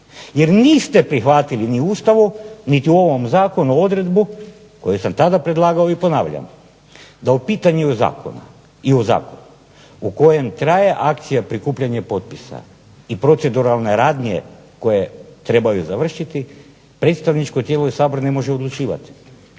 Jer niste prihvatili niti u Ustavu, niti u ovom zakonu odredbu koju sam tada predlagao i ponavljam da u pitanju je zakon i u zakonu u kojem traje akcija prikupljanje potpisa i proceduralne radnje koje trebaju završiti predstavničko tijelo i Sabor ne može odlučivati.